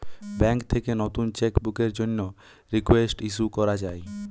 bank থেকে নতুন cheque বুকের জন্যে রিকোয়েস্ট ইস্যু করা যায়